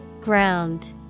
Ground